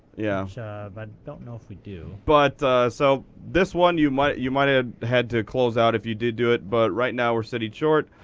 yeah but don't know if we do. but so this one you might you might have had to close out if you did do it. but right now we're sitting short.